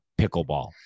PICKLEBALL